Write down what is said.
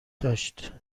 داشت